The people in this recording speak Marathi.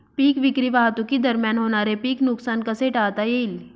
पीक विक्री वाहतुकीदरम्यान होणारे पीक नुकसान कसे टाळता येईल?